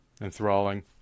enthralling